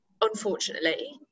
unfortunately